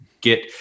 get